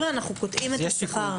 אנחנו קוטעים את השכר.